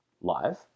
live